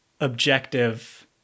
objective